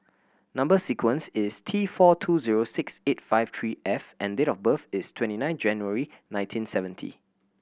number sequence is T four two zero six eight five three F and date of birth is twenty nine January nineteen seventy